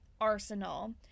arsenal